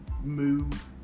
move